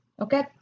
Okay